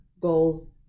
goals